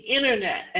Internet